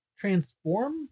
transform